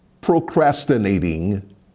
procrastinating